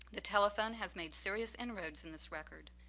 the telephone has made serious end roads in this record.